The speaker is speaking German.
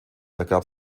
ergab